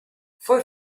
fue